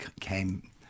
came